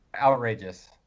Outrageous